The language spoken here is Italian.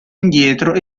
indietro